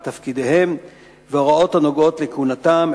את תפקידם והוראות הנוגעות לכהונתם,